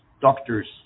doctors